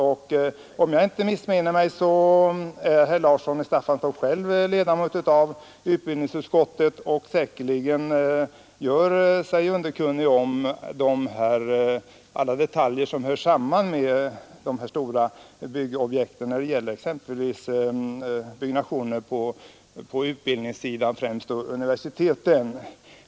Om jag inte missminner mig är herr [ n i Staffanstorp själv ledamot av utbildningsutskottet och gör sig säkerligen underkunnig om alla detaljer som hör samman med de stora byggobjekten, exempelvis byggnationen på utbildningssidan och främst då universiteten.